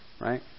right